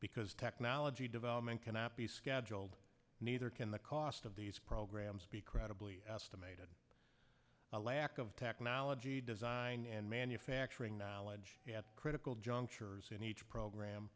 because technology development cannot be scheduled neither can the cost of these programs be credibly estimated a lack of technology design and manufacturing knowledge at critical junctures in each program